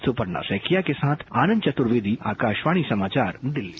सुपर्णा सैकिया के साथ आनंद चतुर्वेदी आकाशवाणी समाचार दिल्ली